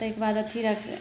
ताहि के बाद अथी रखै